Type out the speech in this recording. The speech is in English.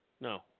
No